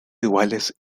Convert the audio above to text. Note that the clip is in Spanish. iguales